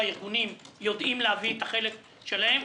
הארגונים יודעים להביא את החלק שלהם.